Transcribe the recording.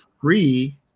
free